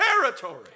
territory